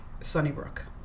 Sunnybrook